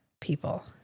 people